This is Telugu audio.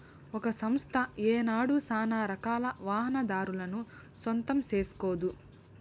ఒక సంస్థ ఏనాడు సానారకాల వాహనాదారులను సొంతం సేస్కోదు